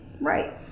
right